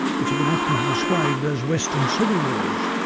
which have been aptly described as western civil wars.